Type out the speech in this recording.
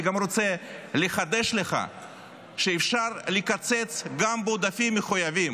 אני גם רוצה לחדש לך שאפשר לקצץ גם בעודפים מחויבים